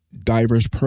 diverse